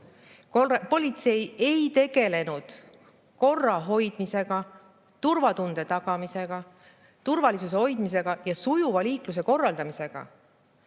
ei tegelenud korra hoidmisega, turvatunde tagamisega, turvalisuse hoidmisega ja sujuva liikluse korraldamisega.